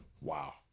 Wow